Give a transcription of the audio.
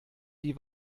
die